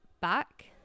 back